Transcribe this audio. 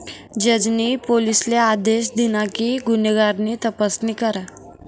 जज नी पोलिसले आदेश दिना कि गुन्हेगार नी तपासणी करा